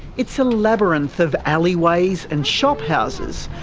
it's a labyrinth of alleyways and shop houses,